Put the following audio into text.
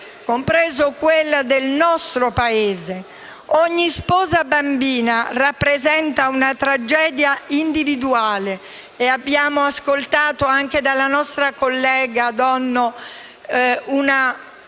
compresa quella del nostro Paese. Ogni sposa bambina rappresenta una tragedia individuale; abbiamo ascoltato anche dalla nostra collega Donno una